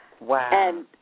Wow